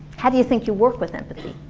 how do you think you work with empathy?